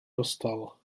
dostal